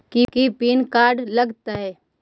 की PAN card लग तै?